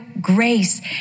grace